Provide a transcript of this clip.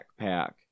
backpack